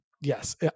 Yes